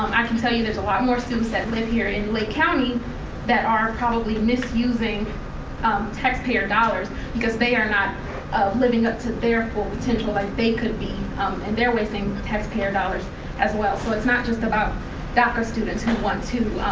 i can tell you there's a lot more students that live here in lake county that are probably misusing tax payer dollars because they are not living up to their full potential like they could be and they're wasting tax payer dollars as well. so it's not just about daca students who want to,